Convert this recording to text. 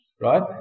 right